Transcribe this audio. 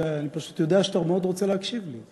אני פשוט יודע שאתה מאוד רוצה להקשיב לי.